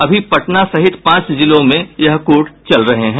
अभी पटना सहित पांच जिलों में ये कोर्ट चल रहे हैं